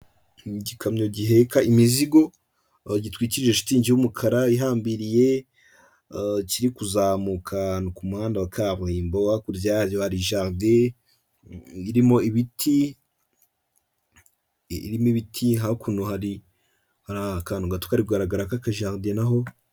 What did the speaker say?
N'igikamyo giheka imizigo gitwikirije shitingi y'umukara ihambiriye kiri kuzamuka ahantu k'umuhanda wa kaburimbo hakurya hari jaride irimo ibiti, hakuno hari kantu gato kari kugaragara kaka jaride n'aho.